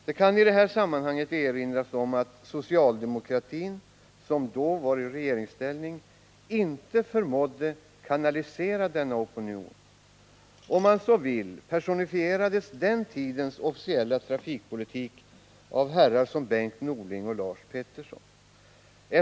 Det kan i detta sammanhang erinras om att socialdemokratin, då i regeringsställning, inte förmådde kanalisera denna opinion. Om man så vill personifierades den tidens officiella trafikpolitik av herrar som Bengt Norling och Lars Peterson.